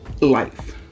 life